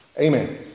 Amen